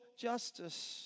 justice